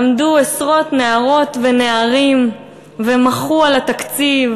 עמדו עשרות נערות ונערים ומחו על התקציב,